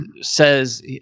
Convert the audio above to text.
says